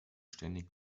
ständig